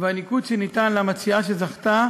והניקוד שניתן למציעה שזכתה